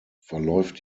verläuft